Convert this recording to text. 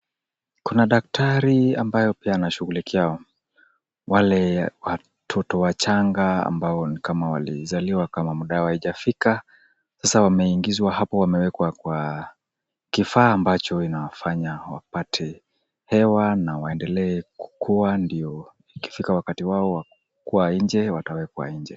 Kuna daktari ambaye pia anashugulikia wale watoto wachanga ambao ni kama walizaliwa kama muda yao hujafika sasa wameingizwa hapo wameekwa kwa kifaa ambacho kinawafanya wapate hewa na waendelee kukua ndio ikifika wakati wao wa kukua nje watawekwa nje.